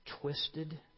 twisted